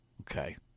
Okay